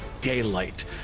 daylight